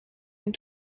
une